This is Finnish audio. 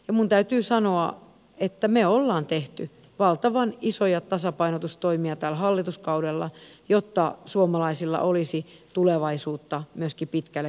minun täytyy sanoa että me olemme tehneet valtavan isoja tasapainotustoimia tällä hallituskaudella jotta suomalaisilla olisi tulevaisuutta myöskin pitkällä tähtäimellä